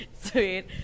Sweet